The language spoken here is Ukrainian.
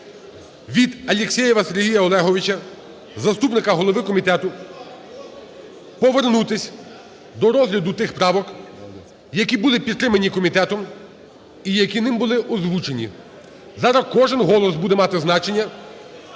від Алєксєєва Сергія Олеговича, заступника голови комітету, повернутися до розгляду тих правок, які були підтримані комітетом і які ним були озвучені, зараз кожен голос буде мати значення.